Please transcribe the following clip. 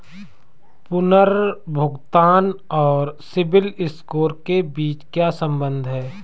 पुनर्भुगतान और CIBIL score के बीच क्या संबंध है?